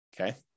okay